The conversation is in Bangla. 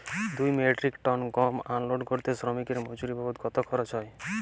দুই মেট্রিক টন গম আনলোড করতে শ্রমিক এর মজুরি বাবদ কত খরচ হয়?